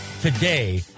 today